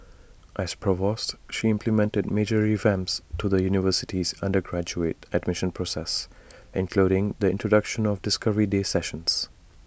as provost she implemented major revamps to the university's undergraduate admission process including the introduction of discovery day sessions